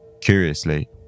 Curiously